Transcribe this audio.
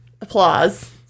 applause